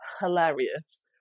Hilarious